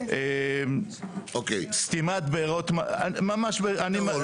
סתימת בארות -- הבנתי אוקי,